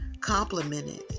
complimented